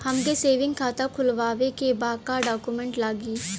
हमके सेविंग खाता खोलवावे के बा का डॉक्यूमेंट लागी?